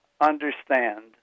understand